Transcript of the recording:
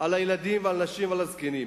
על ילדים, נשים וזקנים.